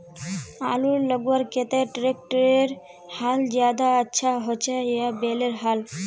आलूर लगवार केते ट्रैक्टरेर हाल ज्यादा अच्छा होचे या बैलेर हाल?